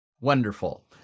Wonderful